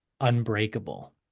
Unbreakable